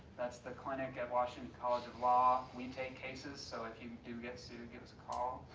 that's the clinic at washington college of law. we take cases so if you do get sued, give us a call.